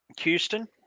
Houston